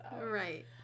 Right